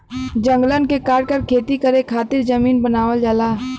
जंगलन के काटकर खेती करे खातिर जमीन बनावल जाला